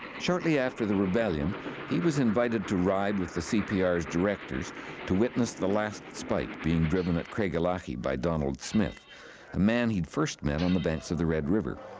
shortly after the rebellion he was invited to ride with the cpr's directors to witness the last spike being driven at craigellachie by donald smith a man he first met on the banks of the red river.